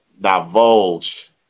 divulge